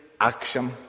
action